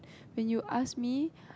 when you ask me